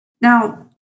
Now